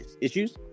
issues